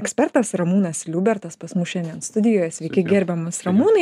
ekspertas ramūnas liubertas pas mus šiandien studijoje sveiki gerbiamas ramūnai